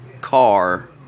car